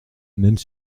même